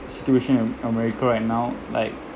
situation in america right now like